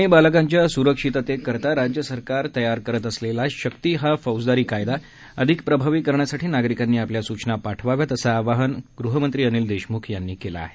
महिला आणि बालकांच्या स्रक्षिततेकरता राज्य सरकार तयार करत असलेला शक्ती हा फौजदारी कायदा अधिक प्रभावी करण्यासाठी नागरिकांनी आपल्या सुचना पाठवाव्यात असं आवाहन ग़हमंत्री अनिल देशम्ख यांनी केलं आहे